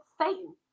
Satan